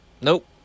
Nope